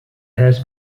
has